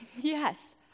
Yes